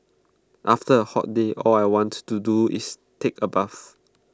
after A hot day all I want to do is take A bath